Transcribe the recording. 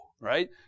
right